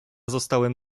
zostałem